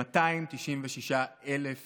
296,000 ילדים.